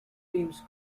teams